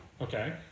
Okay